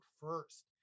first